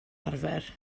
arfer